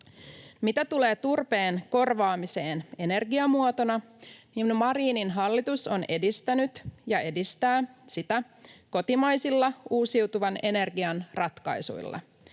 Mitä tulee turpeen korvaamiseen energiamuotona, niin Marinin hallitus on edistänyt ja edistää sitä kotimaisilla uusiutuvan energian ratkaisuilla.